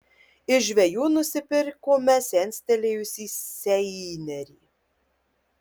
iš žvejų nusipirkome senstelėjusį seinerį